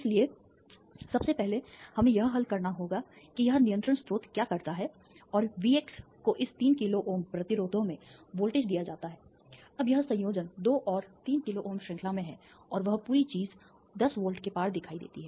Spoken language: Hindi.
इसलिए सबसे पहले हमें यह हल करना होगा कि यह नियंत्रण स्रोत क्या करता है और Vx को इस 3 किलो Ω प्रतिरोधों में वोल्टेज दिया जाता है अब यह संयोजन 2 और 3 किलो Ω श्रृंखला में है और वह पूरी चीज 10 वोल्ट के पार दिखाई देती है